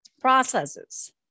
Processes